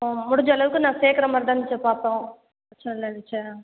முடிந்தளவுக்கு நான் சேர்க்குற மாதிரி தான் டீச்சர் பார்ப்போம் பிரச்சின இல்லை டீச்சர்